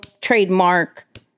trademark